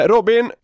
Robin